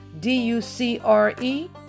D-U-C-R-E